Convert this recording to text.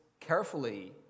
carefully